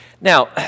Now